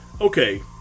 okay